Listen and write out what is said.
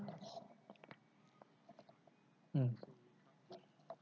mm